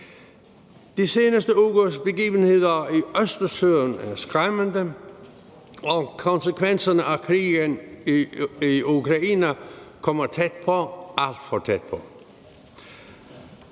De seneste ugers begivenheder i Østersøen er skræmmende, og konsekvenserne af krigen i Ukraine kommer tæt på, alt for tæt på.